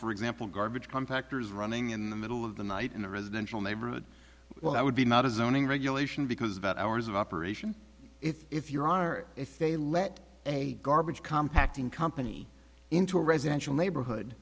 for example garbage contractors running in the middle of the night in a residential neighborhood well i would be not as zoning regulation because about hours of operation if your are if they let a garbage compact in company into a residential neighborhood